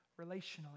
relationally